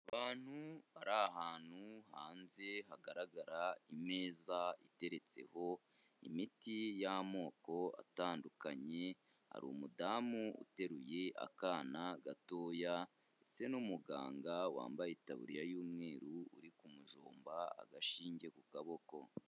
Abantu bari ahantu hanze hagaragara imeza iteretseho imiti y'amoko atandukanye, hari umudamu uteruye akana gatoya, ndetse n'umuganga wambaye itaburiya y'umweru, uri kumujomba agashinge ku kaboko.